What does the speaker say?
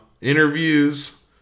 Interviews